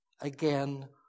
Again